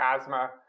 asthma